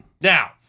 Now